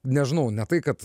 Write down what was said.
nežinau ne tai kad